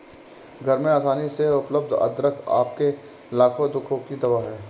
घर में आसानी से उपलब्ध अदरक आपके लाखों दुखों की दवा है